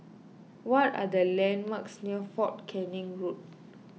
what are the landmarks near fort Canning Road